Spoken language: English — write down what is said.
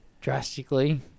drastically